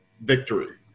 victory